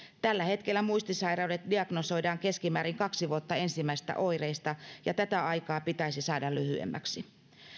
tällä hetkellä muistisairaudet diagnosoidaan keskimäärin kaksi vuotta ensimmäisistä oireista ja tätä aikaa pitäisi saada lyhyemmäksi